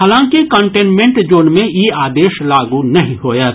हालांकि containment zone मे ई आदेश लागू नहि होयत